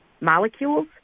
molecules